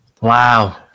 Wow